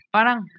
Parang